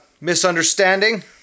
misunderstanding